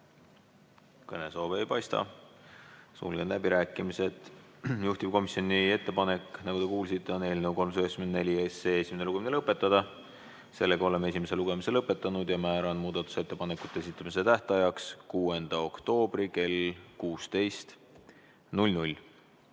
Kõnesoove ei paista. Sulgen läbirääkimised. Juhtivkomisjoni ettepanek, nagu te kuulsite, on eelnõu 394 esimene lugemine lõpetada. Oleme esimese lugemise lõpetanud. Määran muudatusettepanekute esitamise tähtajaks 6. oktoobri kell 16.